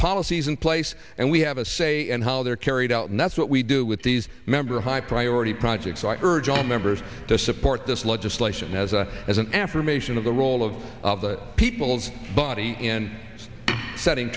policies in place and we have a say in how they're carried out and that's what we do with these member high priority projects so i urge all members to support this legislation as a as an affirmation of the role of other peoples body and setting